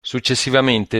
successivamente